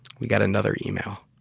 we got another email.